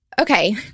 Okay